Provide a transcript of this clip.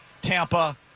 Tampa